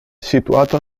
situato